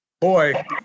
Boy